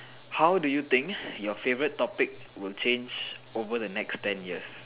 how do you think your favorite topic will change over the next ten years